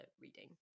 reading